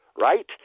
right